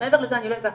מעבר לזה אני לא אקח.